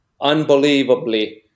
unbelievably